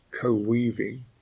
co-weaving